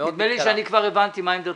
נדמה לי שאני כבר הבנתי מה עמדתכם.